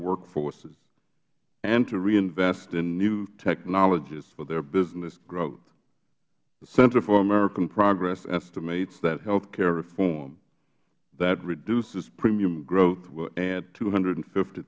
workforces and to reinvest in new technologies for their business growth the center for american progress estimates that health care reform that reduces premium growth will add two hundred and fifty